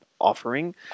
offering